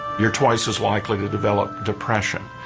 you're twice as likely to develop depression.